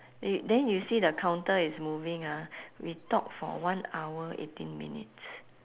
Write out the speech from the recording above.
th~ then you see the counter is moving ah we talk for one hour eighteen minutes